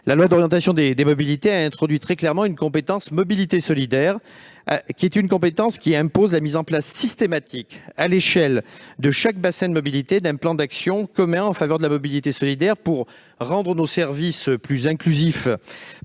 La loi d'orientation des mobilités a créé très clairement une compétence mobilités solidaires, qui impose la mise en place systématique, à l'échelle de chaque bassin de mobilité, d'un plan d'action commun en faveur des mobilités solidaires pour rendre nos services plus inclusifs